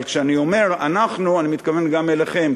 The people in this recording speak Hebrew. אבל כשאני אומר אנחנו אני מתכוון גם אליכם,